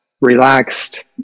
relaxed